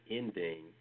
ending